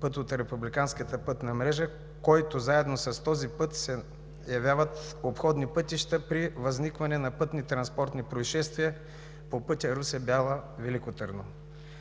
път от републиканската пътна мрежа, който заедно с този път се явяват обходни пътища при възникване на пътнотранспортни произшествия по пътя Русе – Бяла – Велико Търново.